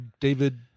David